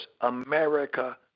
America